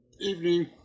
Evening